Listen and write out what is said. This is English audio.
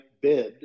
bid